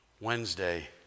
Wednesday